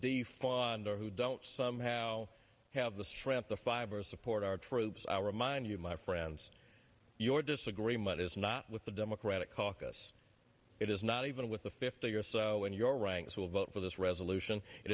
defund or who don't somehow have the strength the fiber support our troops our remind you my friends your disagreement is not with the democratic caucus it is not even with the fifty or so in your ranks will vote for this resolution it